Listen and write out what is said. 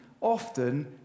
often